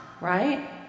right